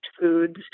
foods